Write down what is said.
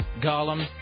Gollum